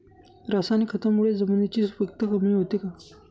रासायनिक खतांमुळे जमिनीची सुपिकता कमी होते का?